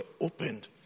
opened